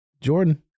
Jordan